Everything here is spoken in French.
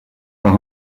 par